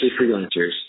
freelancers